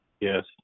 Yes